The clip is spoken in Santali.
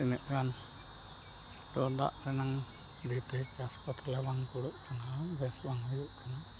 ᱛᱤᱱᱟᱹᱜ ᱜᱟᱱ ᱛᱚ ᱫᱟᱜ ᱨᱮᱱᱟᱝ ᱫᱷᱤᱛᱮ ᱪᱟᱥ ᱠᱚᱛᱟᱞᱮ ᱵᱟᱝ ᱠᱩᱲᱟᱹᱜ ᱠᱟᱱᱟ ᱵᱮᱥ ᱵᱟᱝ ᱦᱩᱭᱩᱜ ᱠᱟᱱᱟ